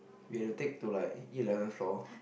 we had to take to like eleventh floor